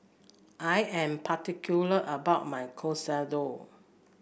I am particular about my Katsudon